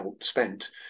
spent